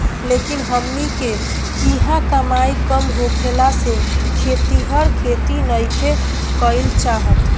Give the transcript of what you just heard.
लेकिन हमनी किहाँ कमाई कम होखला से खेतिहर खेती नइखे कईल चाहत